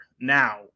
Now